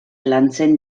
lantzen